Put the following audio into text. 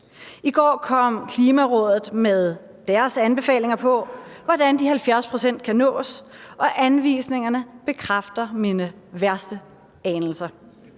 I går kom Klimarådet med deres anbefalinger til, hvordan de 70 pct. kan nås, og anvisningerne bekræfter mine værste anelser: